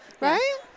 Right